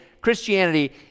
Christianity